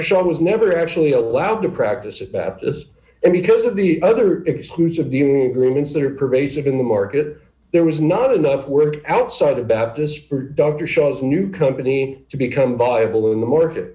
that shawn was never actually allowed to practice at baptists and because of the other exclusive dealing agreements that are pervasive in the market there was not enough work outside of baptist for dr scholl's new company to become viable in the market